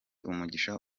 umugisha